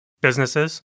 businesses